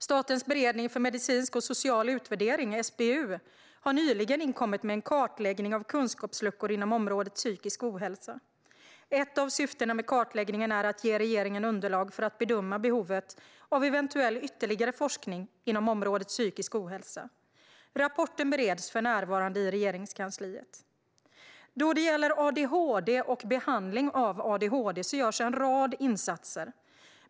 Statens beredning för medicinsk och social utvärdering, SBU, har nyligen inkommit med en kartläggning av kunskapsluckor inom området psykisk ohälsa. Ett av syftena med kartläggningen är att ge regeringen underlag för att bedöma behovet av eventuell ytterligare forskning inom området psykisk ohälsa. Rapporten bereds för närvarande i Regeringskansliet. Då det gäller adhd och behandling av adhd görs en rad insatser.